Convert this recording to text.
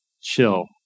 chill